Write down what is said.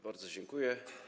Bardzo dziękuję.